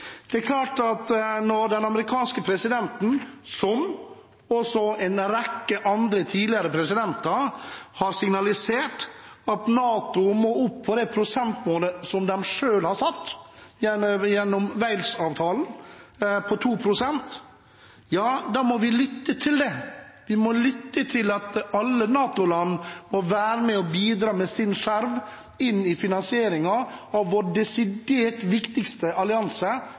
Når den amerikanske presidenten – som også en rekke tidligere presidenter – har signalisert at NATO-land må opp på det prosentmålet som de selv har satt gjennom Wales-avtalen, på 2 pst., da må vi lytte til det, lytte til at alle NATO-land må være med og bidra med sin skjerv til finansieringen av vår desidert viktigste allianse